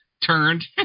turned